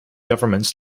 governments